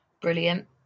Brilliant